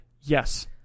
yes